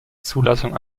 zulassung